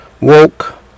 woke